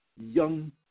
young